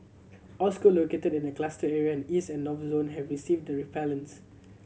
all school located in the cluster area and East and North zones have received the repellents